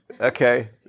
Okay